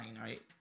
right